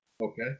Okay